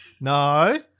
No